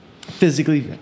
physically